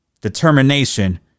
determination